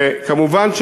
כמובן,